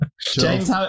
James